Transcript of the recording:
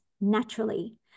naturally